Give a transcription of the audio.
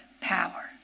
power